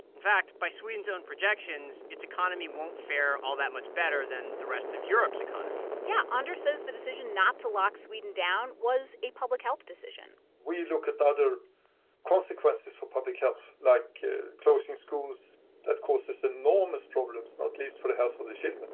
in fact, by sweden's own projections, its economy won't fare all that much better than the rest of europe's economy yeah. ah anders says the decision not to lock sweden down was a public health decision we look at other consequences for public health, like closing schools that causes enormous problems, not least for the health of the children.